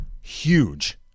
Huge